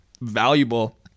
valuable